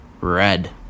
Red